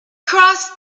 crossed